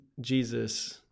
Jesus